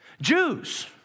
Jews